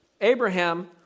Abraham